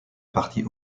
partie